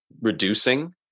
reducing